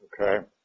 okay